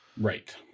Right